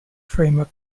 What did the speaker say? framework